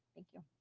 thank you.